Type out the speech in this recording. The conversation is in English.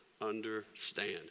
understand